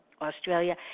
australia